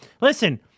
Listen